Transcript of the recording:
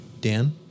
Dan